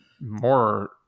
more